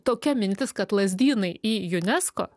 tokia mintis kad lazdynai į unesco